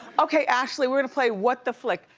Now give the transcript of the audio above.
okay, ashley, we're gonna play what the flick.